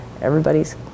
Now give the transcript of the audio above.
everybody's